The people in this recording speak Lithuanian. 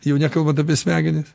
jau nekalbant apie smegenis